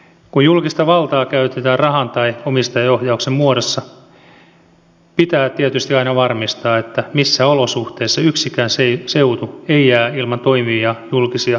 kun julkista valtaa käytetään rahan tai omistajaohjauksen muodossa pitää tietysti aina varmistaa että missään olosuhteissa yksikään seutu ei jää ilman toimivia julkisia yhteyksiä